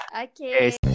okay